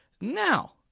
Now